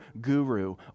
guru